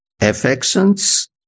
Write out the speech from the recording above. affections